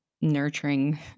nurturing